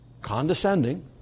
condescending